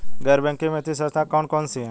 गैर बैंकिंग वित्तीय संस्था कौन कौन सी हैं?